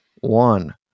one